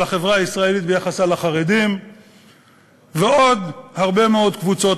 על החברה הישראלית ביחסה לחרדים ולעוד הרבה מאוד קבוצות.